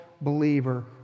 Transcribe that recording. believer